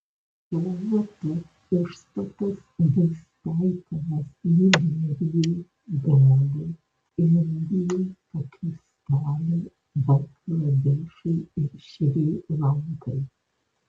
šiuo metu užstatas bus taikomas nigerijai ganai indijai pakistanui bangladešui ir šri lankai